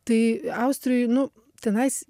tai austrijoj nu tenas